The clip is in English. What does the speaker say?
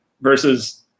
versus